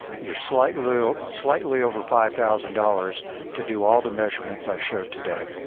you're slightly slightly over five thousand dollars to do all the measurements i showed today.